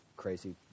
crazy